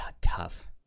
Tough